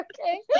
okay